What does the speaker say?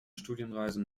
studienreisen